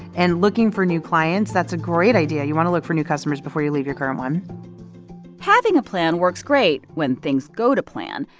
and looking for new clients, that's a great idea. you want to look for new customers before you leave your current one having a plan works great when things go to plan,